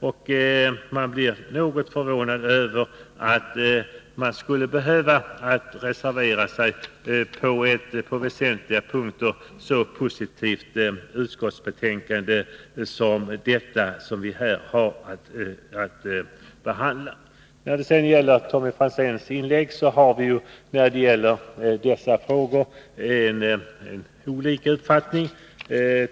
Men man blir något förvånad över att det skall vara nödvändigt att reservera sig på väsentliga punkter. Så positivt är det utskottsbetänkande som vi här har att behandla. Vad beträffar Tommy Franzéns inlägg vill jag säga att vi i dessa frågor har olika uppfattning.